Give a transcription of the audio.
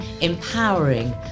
empowering